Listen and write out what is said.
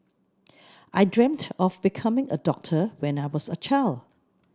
I dreamed of becoming a doctor when I was a child